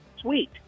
sweet